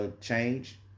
change